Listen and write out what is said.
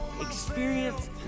experience